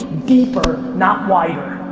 deeper not wider.